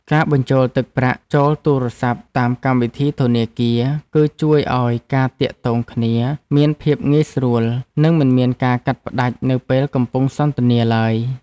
ការបញ្ចូលទឹកប្រាក់ចូលទូរសព្ទតាមកម្មវិធីធនាគារ គឺជួយឱ្យការទាក់ទងគ្នាមានភាពងាយស្រួល និងមិនមានការកាត់ផ្ដាច់នៅពេលកំពុងសន្ទនាឡើយ។